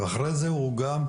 ואחרי זה הוא גם,